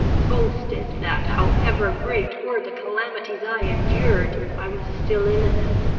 boasted that, however great were the calamities i endured, i was still innocent.